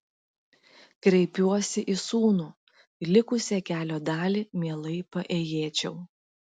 kreipiuosi į sūnų likusią kelio dalį mielai paėjėčiau